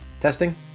Testing